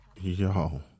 Yo